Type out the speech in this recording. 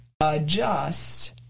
adjust